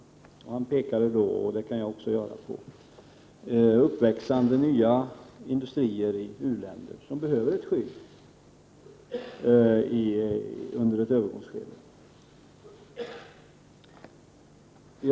Per-Ola Eriksson pekade på, och det kan jag också göra, nya uppväxande industrier i u-länder, som behöver skydd under ett övergångsskede.